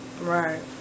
Right